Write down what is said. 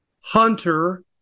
Hunter